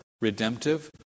redemptive